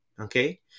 okay